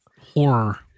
horror